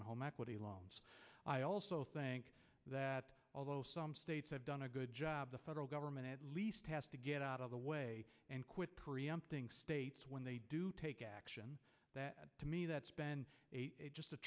and home equity loans i also think that although some states have done a good job the federal government at least has to get out of the way and quit preempting states when they do take action that to me that's been just a